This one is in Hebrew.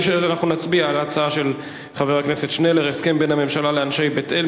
נצביע על ההצעה של חבר הכנסת שנלר: הסכם בין הממשלה לאנשי בית-אל.